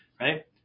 right